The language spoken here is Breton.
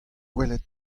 gwelet